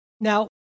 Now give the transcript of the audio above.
Now